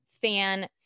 fan